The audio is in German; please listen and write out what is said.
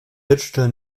digital